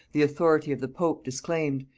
the authority of the pope disclaimed,